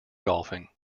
golfing